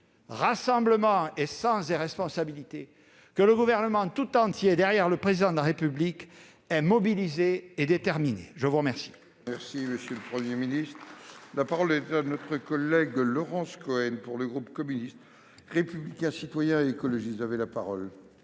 rassemblement et sens des responsabilités, le Gouvernement tout entier, derrière le Président de la République, est mobilisé et déterminé. La parole